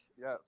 Yes